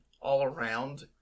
all-around